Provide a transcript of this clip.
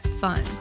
fun